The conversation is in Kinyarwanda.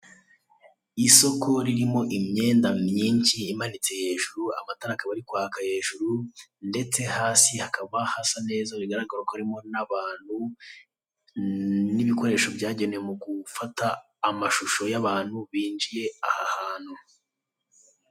Isoko ririmo imyenda myinshi imanitse hejuru, amatara akaba ari kwaka hejuru ndetse hasi hakaba hasa neza bigaragara ko harimo n'abantu n'ibikoresho byagenewe mu gufata amashusho y'abantu binjiye aha hantu.